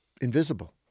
invisible